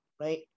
right